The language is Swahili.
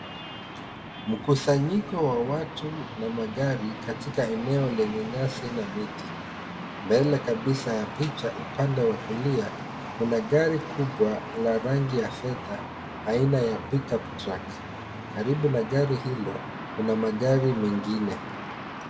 Mkusanyiko wa watu na magari katika eneo lenye nyasi na miti, mbele kabisa ya picha upande wa kulia kuna gari kubwa la rangi ya fedha aina ya Pick-up truck karibu na gari hilo kuna magari mengine.